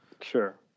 Sure